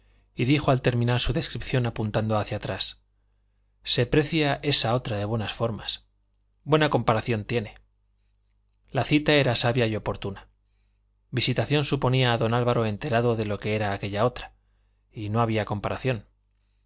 y dijo al terminar su descripción apuntando hacia atrás se precia esa otra de buenas formas buena comparación tiene la cita era sabia y oportuna visitación suponía a don álvaro enterado de lo que era aquella otra y no había comparación